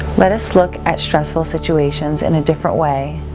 let us look at stressful situations in a different way,